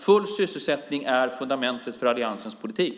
Full sysselsättning är fundamentet för alliansens politik.